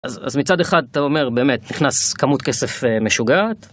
אז מצד אחד אתה אומר באמת נכנס כמות כסף משוגעת.